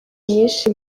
nyishi